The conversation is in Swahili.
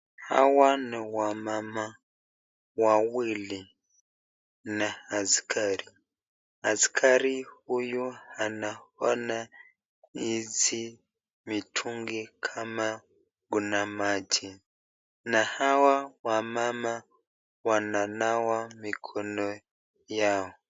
Hawa ni wamama wawili na askari, askari huyu anaona hizi mitungi kama kuna maji na hawa wamama wananawa mikono yao.